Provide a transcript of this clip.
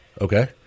Okay